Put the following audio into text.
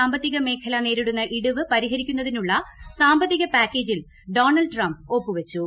സാമ്പത്തിക മേഖല നേരിടുന്ന ഇടിവ് പരിഹരിക്കുന്നതിനുള്ള സാമ്പത്തിക പാക്കേജിൽ ഡോണൾഡ് ട്രംപ് ഒപ്പു വച്ചു